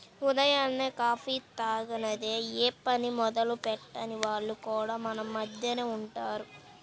ఉదయాన్నే కాఫీ తాగనిదె యే పని మొదలెట్టని వాళ్లు కూడా మన మద్దెనే ఉంటారు